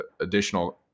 additional